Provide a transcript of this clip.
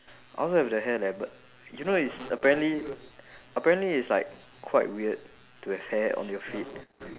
I also have that hair leh but you know it's apparently apparently it's like quite weird to have hair on your feet